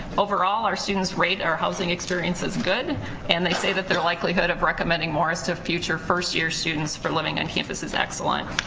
overall our students rate our housing experience as good and they say that their likelihood of recommending morris to future first year students, for living on campus is excellent.